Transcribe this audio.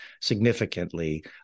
significantly